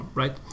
right